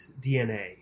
dna